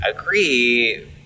agree